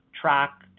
track